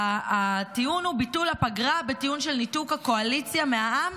והטיעון הוא: ביטול הפגרה בטיעון של ניתוק הקואליציה מהעם,